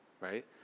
right